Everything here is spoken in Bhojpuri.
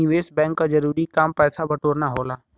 निवेस बैंक क जरूरी काम पैसा बटोरना होला